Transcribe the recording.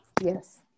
yes